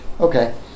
Okay